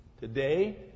Today